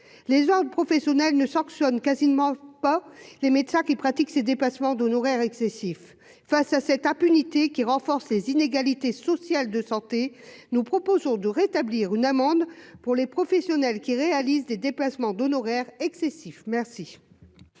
les jeunes professionnels ne sanctionne quasiment pas les médecins qui pratiquent ces dépassements d'honoraires excessifs face à cette impunité qui renforce les inégalités sociales de santé, nous proposons de rétablir une amende pour les professionnels qui réalisent des dépassements d'honoraires excessifs merci.